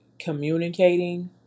communicating